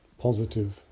positive